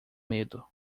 medo